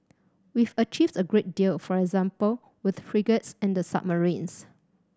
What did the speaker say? we've achieved a great deal for example with frigates and the submarines